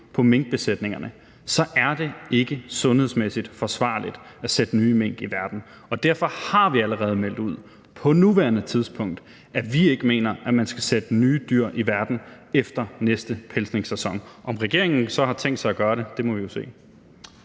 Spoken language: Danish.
på minkbesætningerne, ikke er sundhedsmæssigt forsvarligt at sætte nye mink i verden. Derfor har vi allerede meldt ud på nuværende tidspunkt, at vi ikke mener, man skal sætte nye dyr i verden efter næste pelsningssæson. Om regeringen så har tænkt sig at gøre det, må vi jo se.